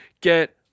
get